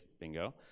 bingo